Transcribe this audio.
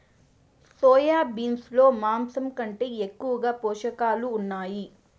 soya beans లో మాంసం కంటే ఎక్కువగా పోషకాలు ఉన్నాయి